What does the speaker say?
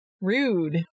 Rude